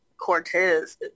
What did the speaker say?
Cortez